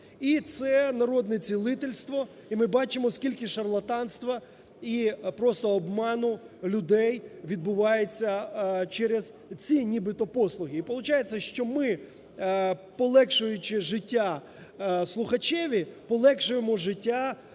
і це народне цілительство і ми бачимо скільки шарлатанства і просто обману людей відбувається через ці нібито послуги. І получається, що ми, полегшуючи життя слухачеві, полегшуємо життя